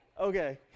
okay